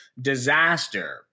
disaster